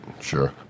Sure